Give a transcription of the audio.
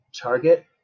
target